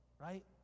right